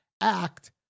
act